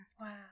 wow